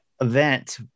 event